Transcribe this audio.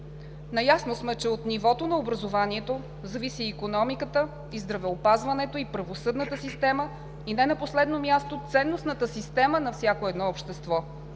Наясно сме, че от нивото на образованието зависи икономиката, здравеопазването и правосъдната система и не на последно място ценностната система на всяко едно общество.